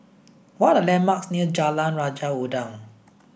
what are the landmarks near Jalan Raja Udang